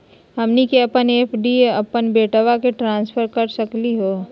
हमनी के अपन एफ.डी अपन बेटवा क ट्रांसफर कर सकली हो?